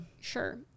Sure